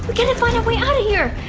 we gotta find our way outta here.